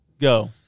go